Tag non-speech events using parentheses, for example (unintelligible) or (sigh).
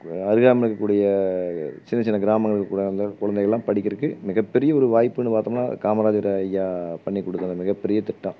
அருகாமையில் இருக்கக் கூடிய சின்ன சின்ன கிராமங்களுக்கு (unintelligible) குழந்தைங்கலாம் படிக்கிறக்கு மிகப்பெரிய ஒரு வாய்ப்புனு பார்த்தோம்னா காமராஜர் ஐயா பண்ணி கொடுத்த அந்த மிகப்பெரிய திட்டம்